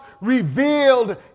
revealed